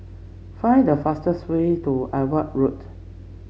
find the fastest way to Edgware Road